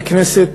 ככנסת,